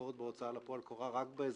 והביקורת בהוצאה לפועל קורת רק באזרחית.